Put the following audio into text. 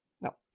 No